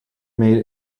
made